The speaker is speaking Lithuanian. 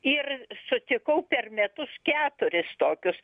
ir sutikau per metus keturis tokius